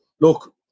Look